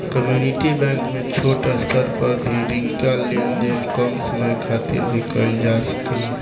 community bank में छोट स्तर पर भी रिंका लेन देन कम समय खातिर भी कईल जा सकेला